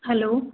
hello